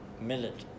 Millet